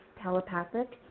telepathic